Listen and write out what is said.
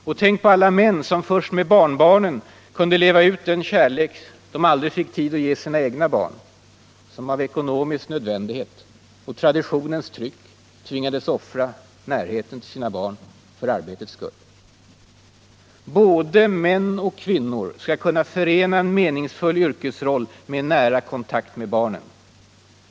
Och tänk på alla män som först med barnbarnen kunnat leva ut den kärlek de aldrig fick tid att ge sina egna barn, som av ekonomisk nödvändighet och traditionens tryck tvingats offra närheten till sina barn för arbetets skull. Både män och kvinnor skall kunna förena en meningsfull yrkesroll med nära kontakt med barnen.